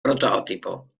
prototipo